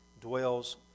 dwells